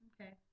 Okay